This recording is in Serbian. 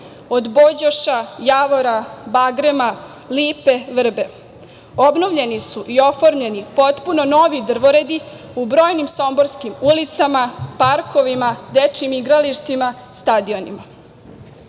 od bođoša, javora, bagrema, lipe i vrbe. Obnovljeni su i oformljeni potpuno novi drvoredi u brojnim somborskim ulicama, parkovima, dečijim igralištima, stadionima.Zaštite